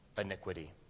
iniquity